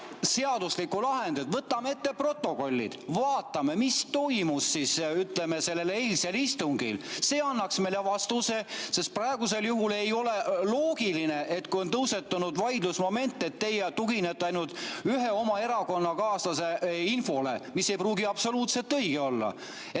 seaduslikku lahendit? Võtame ette protokollid, vaatame, mis toimus sellel eilsel istungil. See annaks meile vastuse. Sest praegusel juhul ei ole loogiline, et kui on tõusetunud vaidlusmoment, siis teie tuginete ainult ühe oma erakonnakaaslase infole, mis ei pruugi absoluutselt õige olla.